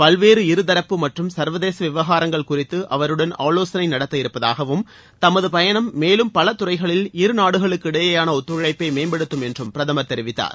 பல்வேறு இருதரப்பு மற்றும் சர்வதேச விவகாரங்கள் குறித்து அவருடன் ஆலோசனை நடத்தயிருப்பாதகவும் தமது பயணம் மேலும் பல துறைகளில் இருநாடுகளுக்கிடையேயான ஒத்தழைப்பை மேம்படுத்தும் என்றும் பிரதமர் தெரிவித்தார்